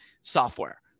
software